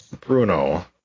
Bruno